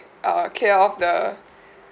err clear off the